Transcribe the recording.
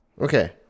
Okay